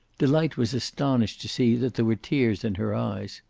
delight was astonished to see that there were tears in her eyes.